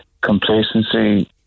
complacency